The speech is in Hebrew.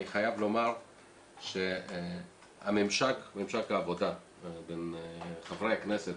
אני חייב לומר שממשק העבודה בין חברי הכנסת,